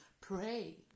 pray